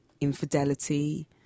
infidelity